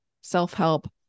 self-help